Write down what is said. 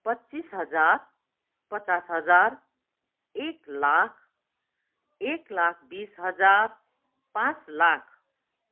पच्चिस हजार पचास हजार एक लाख एक लाख बिस हजार पाँच लाख